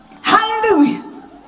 Hallelujah